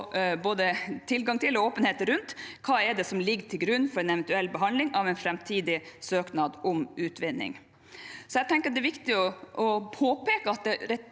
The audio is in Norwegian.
tilgang til og åpenhet rundt hva som ligger til grunn for en eventuell behandling av en framtidig søknad om utvinning. Jeg tenker at det er viktig å påpeke at retorikken